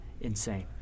insane